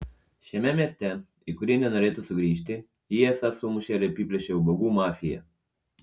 šiame mieste į kurį nenorėtų sugrįžti jį esą sumušė ir apiplėšė ubagų mafija